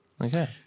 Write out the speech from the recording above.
Okay